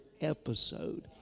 episode